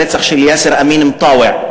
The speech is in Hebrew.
הרצח של יאסר אמין מטאוע.